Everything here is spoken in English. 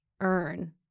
earn